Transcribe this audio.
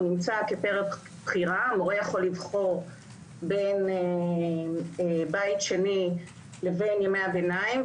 הוא נמצא כפרק בחירה מורה יכול לבחור בין בית שני לבין ימי הביניים,